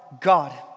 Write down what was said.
God